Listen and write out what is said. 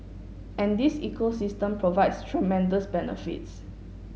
and this ecosystem provides tremendous benefits